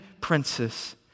princess